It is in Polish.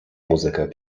muzykę